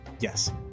yes